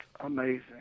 amazing